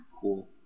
Cool